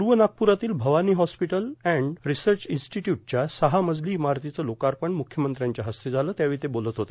पूव नागपुरातील Bhavani hospital and research इंस्टिट्यूटच्या सहा मजलो इमारतीचं लोकापण मुख्यमंत्र्यांच्या हस्ते झालं त्यावेळी ते बोलत होते